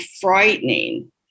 frightening